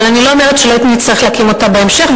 אבל אני לא אומרת שלא נצטרך להקים אותה בהמשך,